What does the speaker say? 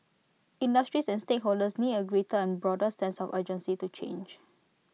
industries and stakeholders need A greater and broader sense of urgency to change